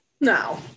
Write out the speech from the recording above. No